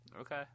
Okay